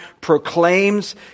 proclaims